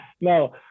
no